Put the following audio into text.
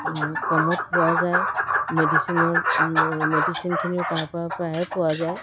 কমত পোৱা যায় মেডিচিনত মেডিচেনখিনিও তাৰ পৰা প্ৰায়ে পোৱা যায়